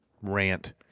rant